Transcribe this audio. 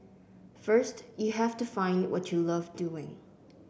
first you have to find what you love doing